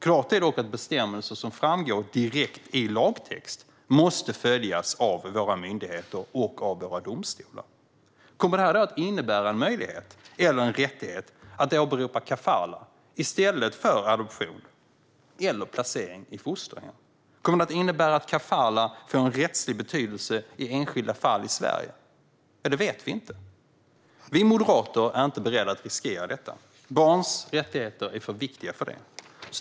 Klart är dock att bestämmelser som framgår direkt i lagtext måste följas av våra myndigheter och av våra domstolar. Kommer det att innebära en möjlighet eller en rättighet att åberopa kafalah i stället för adoption eller placering i fosterhem? Kommer det att innebära att kafalah får en rättslig betydelse i enskilda fall i Sverige? Det vet vi inte. Vi moderater är inte beredda att riskera detta. Barns rättigheter är för viktiga för det.